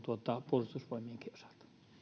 puolustusvoimienkin osalta